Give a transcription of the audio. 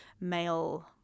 male